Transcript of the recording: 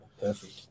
perfect